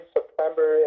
September